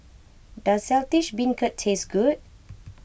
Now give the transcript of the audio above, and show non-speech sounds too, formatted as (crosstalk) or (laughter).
does Saltish Beancurd taste good (noise)